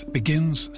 begins